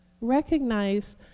Recognize